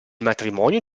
matrimonio